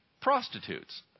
prostitutes